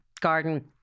garden